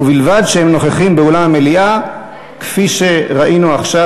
ובלבד שהם נוכחים באולם המליאה"; כפי שראינו עכשיו.